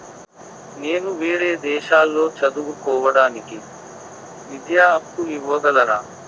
నేను వేరే దేశాల్లో చదువు కోవడానికి విద్యా అప్పు ఇవ్వగలరా?